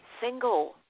single